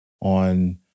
on